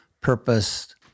purpose